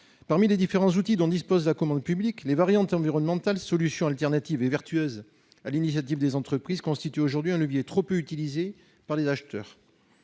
Parmi les différents outils dont dispose la commande publique, les variantes environnementales, solutions alternatives et vertueuses à l'initiative des entreprises, constituent aujourd'hui un levier trop peu utilisé par les acheteurs.